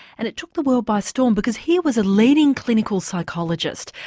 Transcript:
and it took the world by storm, because here was a leading clinical psychologist,